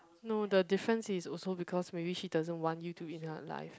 no the difference is also because maybe she doesn't want you to in her life